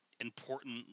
important